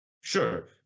Sure